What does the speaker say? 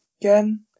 Again